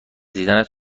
دیدنت